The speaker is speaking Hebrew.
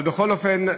אבל בכל אופן,